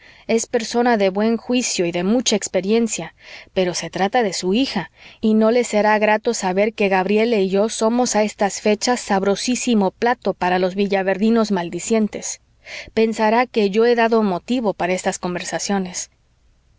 es persona de buen juicio y de mucha experiencia pero se trata de su hija y no le será grato saber que gabriela y yo somos a estas fechas sabrosísimo plato para los villaverdinos maldicientes pensará que yo he dado motivo para esas conversaciones